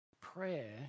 Prayer